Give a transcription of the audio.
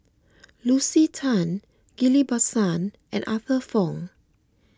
Lucy Tan Ghillie Basan and Arthur Fong